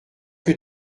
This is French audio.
que